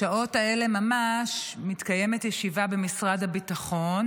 בשעות האלה ממש מתקיימת ישיבה במשרד הביטחון